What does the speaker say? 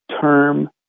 term